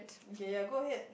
okay ya go ahead